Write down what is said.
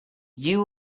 you